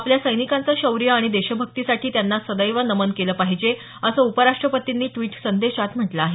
आपल्या सैनिकांचं शौर्य आणि देशभक्तीसाठी त्यांना सदैव नमन केलं पाहिजे असं उपराष्ट्रपतींनी द्विट संदेशात म्हटलं आहे